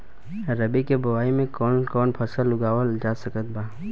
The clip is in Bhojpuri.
रबी के बोआई मे कौन कौन फसल उगावल जा सकत बा?